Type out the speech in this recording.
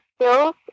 skills